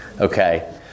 okay